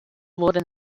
wurde